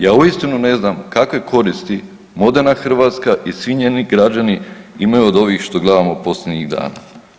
Ja uistinu ne znam kakve koristi moderna Hrvatska i svi njeni građani imaju od ovih što gledamo posljednjih dana.